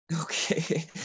okay